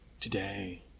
today